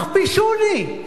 הכפישוני.